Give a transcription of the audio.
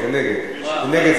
זה נגד, זה נגד.